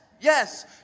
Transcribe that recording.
yes